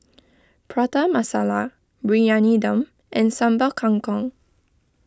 Prata Masala Briyani Dum and Sambal Kangkong